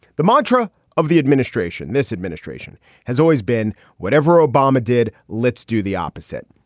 the mantra of the administration, this administration has always been whatever obama did. let's do the opposite.